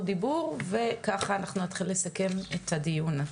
דיבור וככה אנחנו נתחיל לסכם את הדיון.